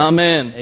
Amen